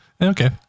Okay